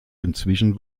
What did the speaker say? inzwischen